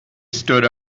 stood